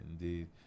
indeed